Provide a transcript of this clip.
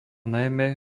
najmä